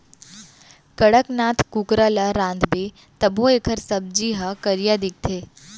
कड़कनाथ कुकरा ल रांधबे तभो एकर सब्जी ह करिया दिखथे